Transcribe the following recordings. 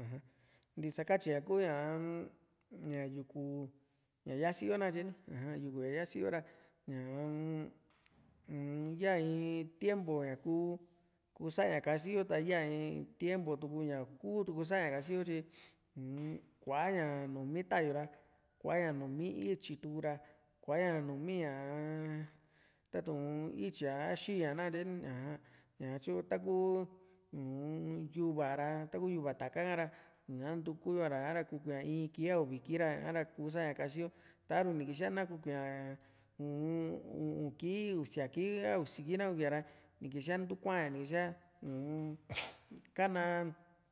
aja ntisa katyi ñaku ñaa-m ña yuku ña yasiyo na katye aja yuku ña yasii yo ra ñaa-m uu-n yaa iin tiempu ñakuu kusaá kasiyo ta yaa in tiempu tuku ña ii´kutuku sa´ña kasiyi tyi uu-n kuantua numi tayu ra kua´ña numi ítyi tuura ku kusaña kasiyo nta ya in tiempu tuku ñaa inku tuku sa´ña kasiyo tyi uu-n kuaña numi tayuu ra kuaña numi ityi tuura kuaña numii ñaa tatu´n ítyi´a ra xii ña nakatye ni aja ñatyu taku uu-n yuva ra taku yuva taka ra ña ntukuyo a ra sa´ra ku kuii´n a in kii a uvi kii ra ña´ra kuu sa´ña kasiyo taru ni kisiaa na kukui´ña uu-n u´un kii usia kii a usi kii na kuia´ra nikiá ntu kua´n ña ni kiisia uu-n kana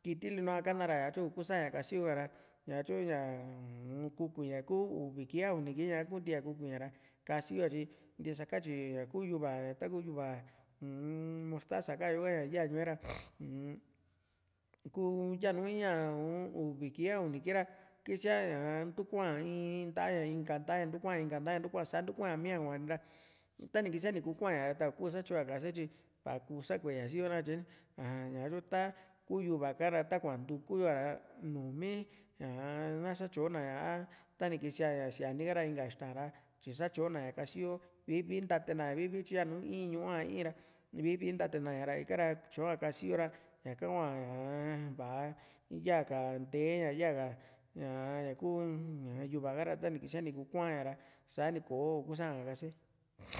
kitili nu´a kana ra ña tyu ii kusaña kasiyo ka ra ñatyu ñaa ukuiña kuu uvi kii a uni kii ñaku ntiaa kukui´ña ra kasiyo ña tyi ntisakatyi ña kuu yuva taku yuva uu-n mostasa ka´an yoka ña yaa ñuu e´ra uu-n kuu yanuu in a un uvu kii a uni kii ra kisia ñaa ntukua in nta+ a ña inka nta´a ntukua sa ntukua´n miaa kua´ña ra tani kisia ni kuu kua´n ña ra ni ku satyo´yo ña kase tyi va kuu sakue ña siyo na katye aa ñaa tyu taku yuva ha´ra ta kua ntukuyo a ra numi ñaa na satyona ña tani kisia ña siani ha´ra inka ixta ra tyi satyona ña kasiyo vii vii ntatena vii vii tyi yanu in ñuu a in ra vii vii ntatena ñara ikara tyoa kasiyo ra ñaka hua ñaa va´a ya´ka ntee ña ya´ka ñaa ñaku ña ku yuva ka´ra tani kisia nu ku kua´n ña ra sani kò´o kusaa´ka kase